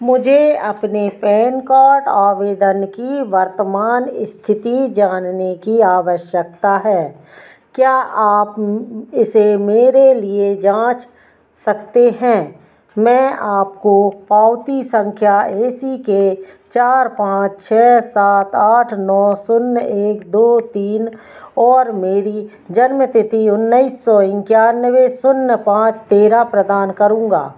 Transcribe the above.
मुझे अपने PAN card आवेदन की वर्तमान स्थिति जानने की आवश्यकता है क्या आप इसे मेरे लिए जाँच सकते हैं मैं आपको पावती संख्या ए सी के चार पाँच छः सात आठ नौ शून्य एक दो तीन और मेरी जन्म तिथि उन्नीस सौ इंक्यानवे शून्य पाँच तेरा प्रदान करूँगा